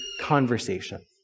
conversation